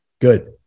Good